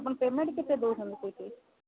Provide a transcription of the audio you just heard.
ଆପଣ ପେମେଣ୍ଟ କେତେ ଦେଉଛନ୍ତି ସେଇଠି